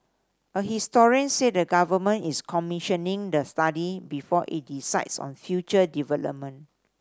a historian said the Government is commissioning the study before it decides on future development